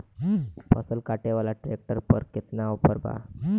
फसल काटे वाला ट्रैक्टर पर केतना ऑफर बा?